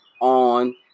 on